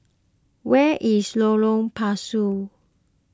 where is Lorong Pasu